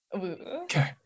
Okay